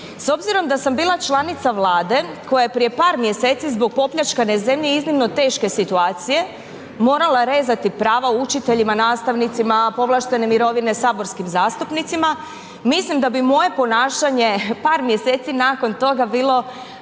S obzirom da sam bila članica vlade koja je prije par mjeseci zbog popljačkane zemlje iznimno teške situacije morala rezati prava učiteljima, nastavnicima, a povlaštene mirovine saborskim zastupnicima, mislim da bi moje ponašanje par mjeseci nakon toga bilo